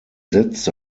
setzte